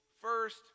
First